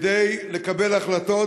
לקבל החלטות,